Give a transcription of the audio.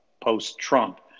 post-Trump